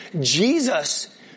Jesus